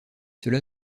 cela